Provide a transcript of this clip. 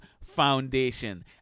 foundation